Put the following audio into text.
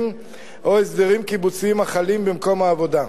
או הסדרים קיבוציים החלים במקום העבודה.